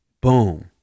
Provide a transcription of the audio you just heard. boom